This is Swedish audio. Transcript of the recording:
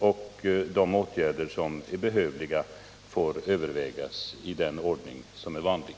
De förslag till åtgärder som är behövliga får sedan övervägas i den ordning som är vanlig.